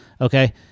okay